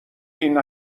این